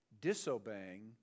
disobeying